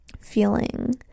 feeling